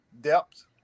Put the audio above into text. depth